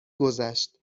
گذشت